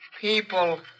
People